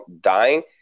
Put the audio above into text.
dying